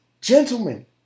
gentlemen